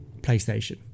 PlayStation